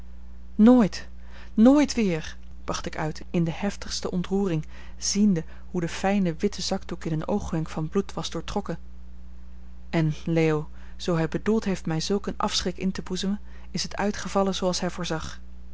nooit nooit weer bracht ik uit in de heftigste ontroering ziende hoe de fijne witte zakdoek in een oogwenk van bloed was doortrokken en leo zoo hij bedoeld heeft mij zulk een afschrik in te boezemen is het uitgevallen zooals hij